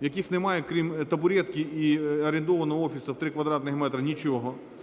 в яких немає, крім табуретки і орендованого офісу в три квадратні метри, нічого.